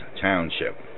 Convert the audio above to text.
Township